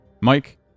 Mike